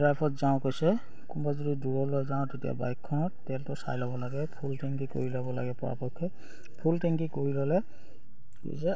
ড্ৰাইভত যাওঁ কৈছে ক'বা যদি দূৰলৈ যাওঁ তেতিয়া বাইকখনত তেলটো চাই ল'ব লাগে ফুল টেংকি কৰি ল'ব লাগে পৰাপক্ষত ফুল টেংকি কৰি ল'লে যে